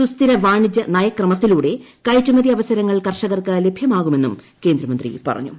സുസ്ഥിര വാണിജ്യ നയക്രമത്തിലൂടെ കയറ്റുമതി അവസരങ്ങൾ കർഷകർക്ക് ലഭൃമാകുമെന്നും കേന്ദ്രമന്ത്രി പറഞ്ഞു